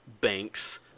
banks